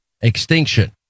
extinction